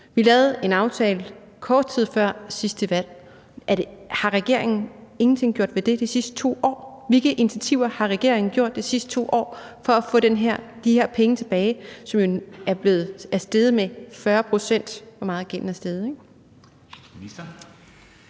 Vi lavede en aftale kort tid før sidste valg. Har regeringen ingenting gjort ved det de sidste 2 år? Hvilke initiativer har regeringen taget de sidste 2 år for at få de her penge tilbage? Gælden er steget med 40 pct. Kl. 13:46 Formanden